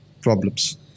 problems